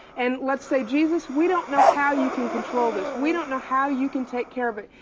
and let's say, jesus, we don't know how you can control this. we don't know how you can take care of it,